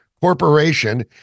corporation